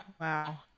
Wow